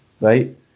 right